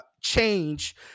change